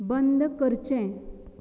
बंद करचें